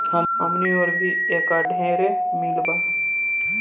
हमनी ओर भी एकर ढेरे मील बा